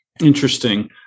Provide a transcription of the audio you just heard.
interesting